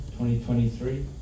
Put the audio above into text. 2023